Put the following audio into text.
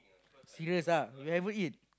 serious ah you haven't eat